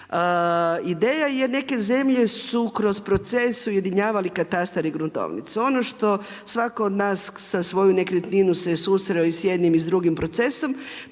Ideja je neke zemlje su kroz proces ujedinjavali katastar i gruntovnicu. Ono što svatko od nas za svoju nekretninu se susreo i s jednim i s drugim procesom,